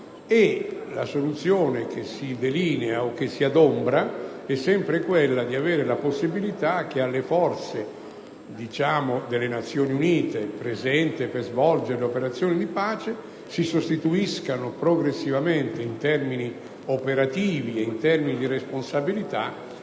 la soluzione che si delinea o che si adombra è sempre quella di avere la possibilità che alle forze delle Nazioni Unite presenti per svolgere le operazioni di pace si sostituiscano progressivamente, in termini operativi e in termini di responsabilità,